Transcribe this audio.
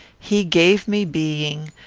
he gave me being,